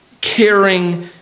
caring